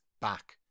back